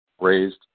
raised